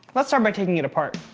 let's start by taking it apart.